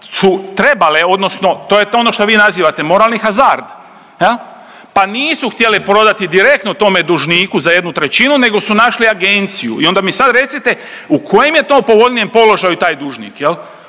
su trebale odnosno to je ono što vi nazivate moralni hazard, pa nisu htjele prodati direktno tome dužniku za jednu trećinu nego su našli agenciju i onda mi sad recite u kojem je to povoljnijem položaju taj dužnik u